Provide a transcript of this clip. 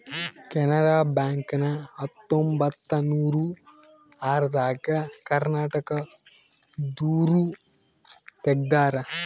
Canara bank ನ ಹತ್ತೊಂಬತ್ತನೂರ ಆರ ದಾಗ ಕರ್ನಾಟಕ ದೂರು ತೆಗ್ದಾರ